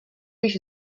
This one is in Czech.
již